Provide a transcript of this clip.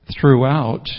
throughout